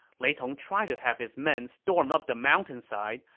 lei tong tried to have his men storm up the mountainside,